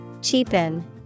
Cheapen